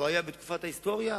לא היה בתקופות ההיסטוריה,